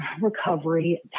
recovery